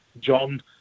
John